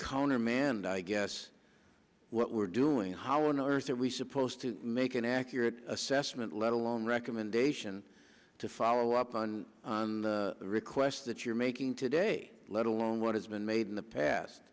countermand i guess what we're doing how on earth are we supposed to make an accurate assessment let alone recommendation to follow up on the requests that you're making today let alone what has been made in the past